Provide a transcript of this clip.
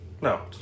No